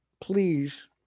please